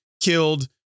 killed